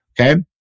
Okay